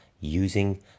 using